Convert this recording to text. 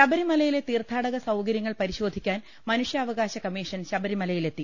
ശബരിമലയിലെ തീർത്ഥാടക സൌകര്യങ്ങൾ പരിശോധിക്കാൻ മനു ഷ്യാവകാശ കമ്മീഷൻ ശബരിമലയിലെത്തി